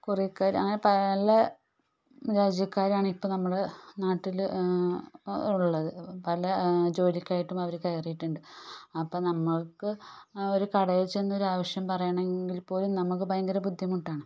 കൊറിയക്കാർ പല രാജ്യക്കാരാണ് ഇപ്പം നമ്മളെ നാട്ടിൽ ഉള്ളത് പല ജോലിക്കായിട്ടും അവർ കയറിയിട്ടുണ്ട് അപ്പം നമ്മൾക്ക് ആ ഒരു കടയിൽ ചെന്ന് ആവശ്യം പറയണമെങ്കിൽ പോലും നമുക്ക് ഭയങ്കര ബുദ്ധിമുട്ടാണ്